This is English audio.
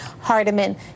hardiman